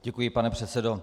Děkuji, pane předsedo.